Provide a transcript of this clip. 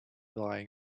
lying